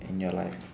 in your life